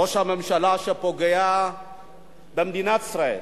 ראש הממשלה שפוגע במדינת ישראל,